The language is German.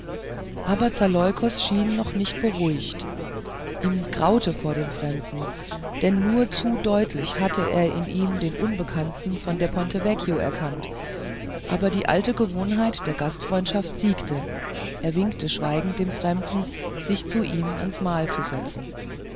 aber zaleukos schien noch nicht beruhigt ihm graute vor dem fremden denn nur zu deutlich hatte er in ihm den unbekannten von der ponte vecchio erkannt aber die alte gewohnheit der gastfreundschaft siegte er winkte schweigend dem fremden sich zu ihm ans mahl zu setzen